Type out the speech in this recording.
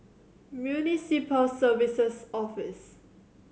Municipal Services Office